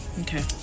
okay